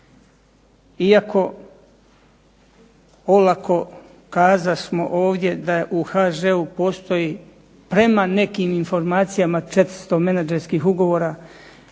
iako olako kazasmo ovdje da u HŽ-u postoji prema nekim informacijama 400 menađerskih ugovora.